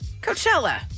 Coachella